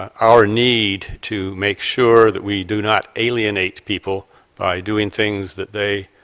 our need to make sure that we do not alienate people by doing things that they,